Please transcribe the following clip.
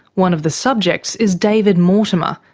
one of the subjects is david mortimer,